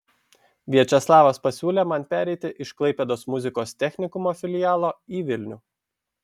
viačeslavas pasiūlė man pereiti iš klaipėdos muzikos technikumo filialo į vilnių